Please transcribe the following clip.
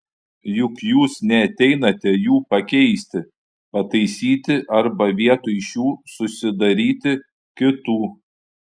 juk jūs neateinate jų pakeisti pataisyti arba vietoj šių susidaryti kitų